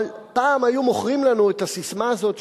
אבל פעם היו מוכרים לנו את הססמה הזאת,